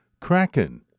Kraken